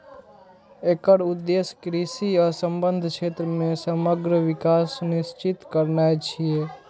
एकर उद्देश्य कृषि आ संबद्ध क्षेत्र मे समग्र विकास सुनिश्चित करनाय छियै